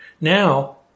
Now